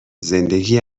زندگی